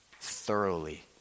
thoroughly